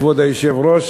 כבוד היושב-ראש,